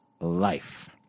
life